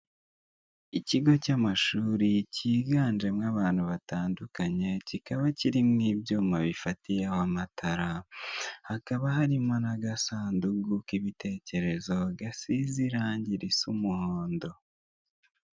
Ikigo cy'amashuri kiganjemo abantu batandunkanye kikaba kirimo ibyuma bifatiyeho amatara hakaba karimo n'agasanduku k'ibitekerezo gasize irangi risa umuhondo.